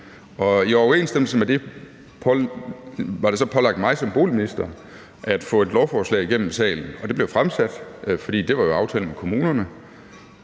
i overensstemmelse med det var det så pålagt mig som boligminister at få et lovforslag igennem salen, og det blev fremsat, fordi det jo var aftalt med kommunerne.